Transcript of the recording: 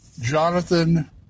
Jonathan